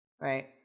right